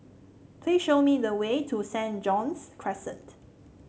please show me the way to Saint John's Crescent